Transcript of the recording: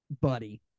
Buddy